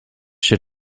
się